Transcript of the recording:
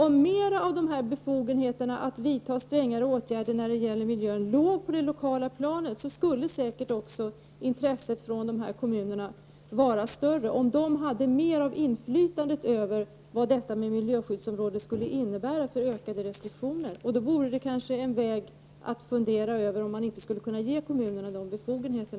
Om mera av dessa befogenheter att vidta strängare åtgärder när det gäller miljön låg på det lokala planet, skulle säkert intresset från berörda kommuners sida vara större om man där hade ett större inflytande över vad detta med ett miljöskyddsområde skulle innebära i form av ökade restriktioner. En väg att gå vore kanske att fundera över om inte kommunerna kunde få dessa befogenheter.